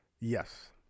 yes